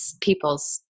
people's